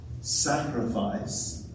sacrifice